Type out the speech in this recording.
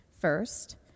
First